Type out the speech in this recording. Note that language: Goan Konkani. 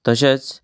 तशेंच